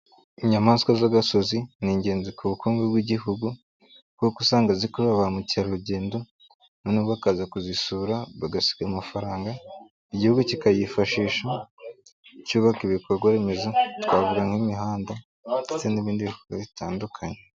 Inyamaswa z'agasozi ni ingenzi ku bukungu bw'igihugu kuko usanga zikuru ba mukerarugendo noneho bakaza kuzisura, bagasiga amafaranga, igihugu kikafashisha cyubaka ibikorwaremezo, twavuga nk'imihanda ndetse n'ibindi bikorwa bitandukanye.